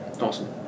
awesome